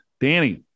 Danny